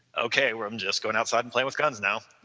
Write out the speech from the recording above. okay, well i'm just going outside and play with guns now.